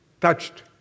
touched